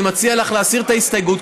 אני מציע לך להסיר את ההסתייגות,